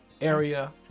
area